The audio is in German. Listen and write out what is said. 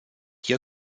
hier